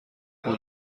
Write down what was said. اون